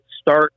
Start